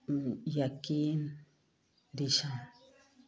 ꯌꯥꯀꯤꯟ ꯗꯤꯁꯥꯟ